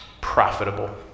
profitable